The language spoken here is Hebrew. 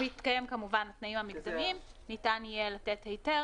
ובהתקיים התנאים המקדמיים ניתן יהיה לתת היתר